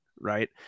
right